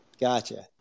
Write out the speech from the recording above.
Gotcha